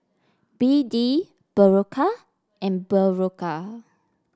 B D Berocca and Berocca